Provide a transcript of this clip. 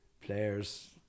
players